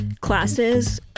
classes